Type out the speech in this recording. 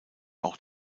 auch